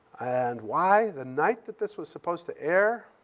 and why? the night that this was supposed to air,